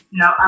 no